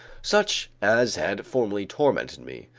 such as had formerly tormented me,